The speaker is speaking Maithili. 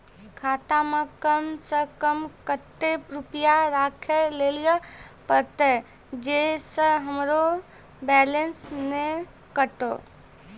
खाता मे कम सें कम कत्ते रुपैया राखै लेली परतै, छै सें हमरो बैलेंस नैन कतो?